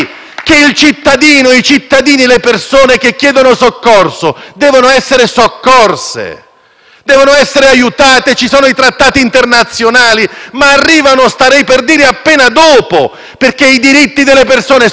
soccorsi e aiutati. Ci sono i trattati internazionali, ma arrivano - starei per dire - appena dopo, perché i diritti delle persone sono preesistenti. In quest'Aula i Padri costituenti questo ci hanno insegnato: la preesistenza